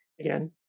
again